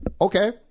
Okay